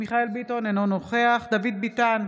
מיכאל מרדכי ביטון, אינו נוכח דוד ביטן,